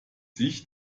sich